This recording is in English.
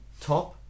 top